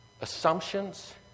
assumptions